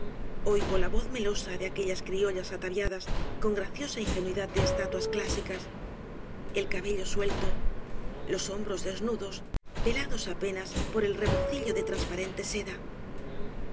oigo la voz melosa de aquellas criollas ataviadas con graciosa ingenuidad de estatuas clásicas el obras de valle inclan cabello suelto los hombros desnudos velados apenas por rebocillo de transparente seda